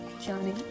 johnny